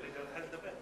אני צריך לדבר.